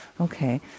Okay